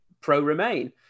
pro-Remain